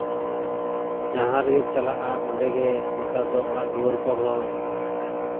ᱡᱟᱦᱟᱸ ᱨᱮᱜᱮᱢ ᱪᱟᱞᱟᱜᱼᱟ ᱚᱰᱮᱜᱮ ᱱᱮᱛᱟᱨ ᱫᱚ ᱚᱲᱟᱜ ᱫᱩᱣᱟᱹᱨ ᱠᱚᱦᱚᱸ